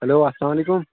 hello اَلسلام علیکُم